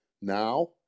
now